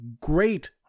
great